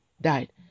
died